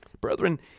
Brethren